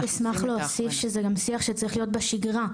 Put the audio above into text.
אני אשמח להוסיף שזה גם שיח שצריך להיות בשגרה,